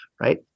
Right